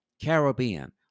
Caribbean